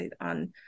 on